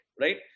right